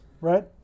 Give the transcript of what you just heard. right